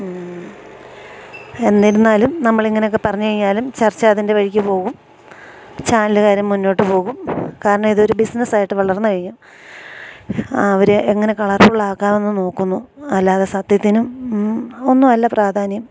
എന്നിരുന്നാലും നമ്മളിങ്ങനെയൊക്കെ പറഞ്ഞുകഴിഞ്ഞാലും ചർച്ച അതിൻ്റെ വഴിക്ക് പോകും ചാനലുകാരും മുന്നോട്ടുപോകും കാരണം ഇതൊരു ബിസിനസ്സായിട്ട് വളർന്നുകഴിഞ്ഞു ആ അവര് എങ്ങനെ കളർഫുള്ളാക്കാമെന്ന് നോക്കുന്നു അല്ലാതെ സത്യത്തിനും ഒന്നുമല്ല പ്രാധാന്യം